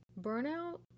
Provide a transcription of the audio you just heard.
burnout